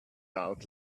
out